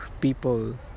people